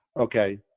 okay